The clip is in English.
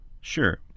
Sure